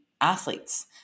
athletes